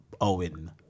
Owen